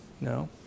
no